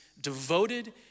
devoted